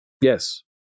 Yes